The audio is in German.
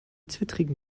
zwittrigen